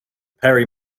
perry